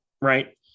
right